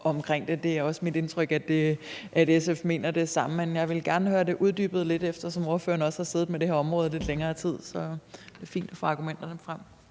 Det er også mit indtryk, at SF mener det samme, men jeg vil gerne have det uddybet lidt, eftersom ordføreren også har siddet med det her område lidt længere tid, og fordi det er fint at få argumenterne frem.